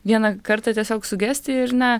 vieną kartą tiesiog sugesti ir ne